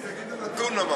איציק, תגיד על הטונה משהו.